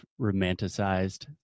romanticized